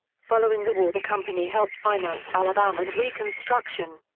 following the war the company helped finance alabama's reconstruction.